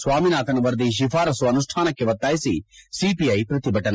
ಸ್ವಾಮಿನಾಥನ್ ವರದಿ ಶಿಫಾರಸು ಅನುಷ್ಟಾನಕ್ಕೆ ಒತ್ತಾಯಿಸಿ ಸಿಪಿಐ ಪ್ರತಿಭಟನೆ